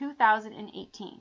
2018